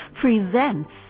presents